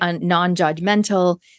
non-judgmental